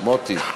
מוטי.